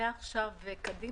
מעכשיו והלאה?